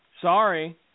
Sorry